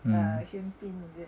nah